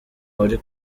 wari